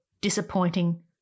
disappointing